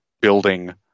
building